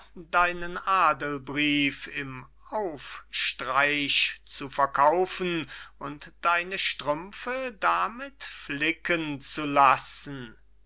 deinen adelbrief im aufstreich zu verkaufen und deine strümpfe damit flicken zu lassen